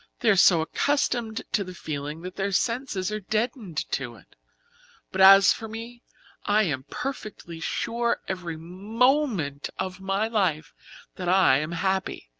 they are so accustomed to the feeling that their senses are deadened to it but as for me i am perfectly sure every moment of my life that i am happy.